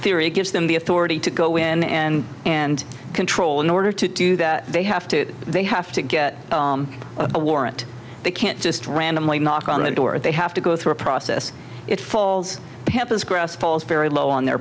theory gives them the authority to go in and control in order to do that they have to they have to get a warrant they can't just randomly knock on the door they have to go through a process it falls pampas grass falls very low on their